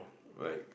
right